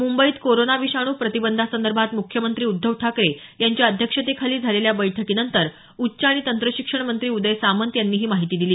मुंबईत कोरोना विषाणू प्रतिबंधासंदर्भात मुख्यमंत्री उद्धव ठाकरे यांच्या अध्यक्षतेखाली झालेल्या बैठकीनंतर उच्च आणि तंत्रशिक्षण मंत्री उदय सामंत यांनी ही माहिती दिली